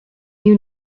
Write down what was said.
you